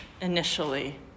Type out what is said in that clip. initially